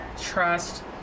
trust